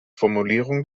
formulierung